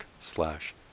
slash